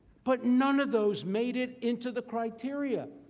but none of those made it into the criteria.